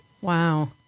Wow